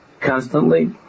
Constantly